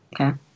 Okay